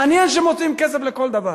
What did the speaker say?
מעניין שמוצאים כסף לכל דבר.